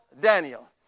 Daniel